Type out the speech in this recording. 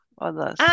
others